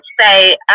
say